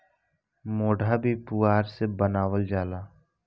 मोढ़ा भी पुअरा से बनावल जाला